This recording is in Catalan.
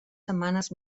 setmanes